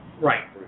Right